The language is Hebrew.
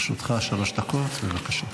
לרשותך שלוש דקות, בבקשה.